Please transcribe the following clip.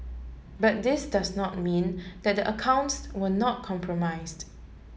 but this does not mean that the accounts were not compromised